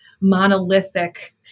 monolithic